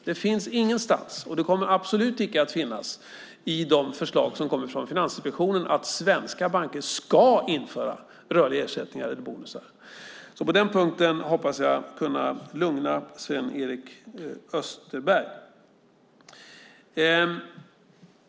Det står ingenstans, och det kommer absolut inte att finnas, i de förslag som kommer från Finansinspektionen att svenska banker ska införa rörliga ersättningar eller bonusar. På den punkten hoppas jag kunna lugna Sven-Erik Österberg.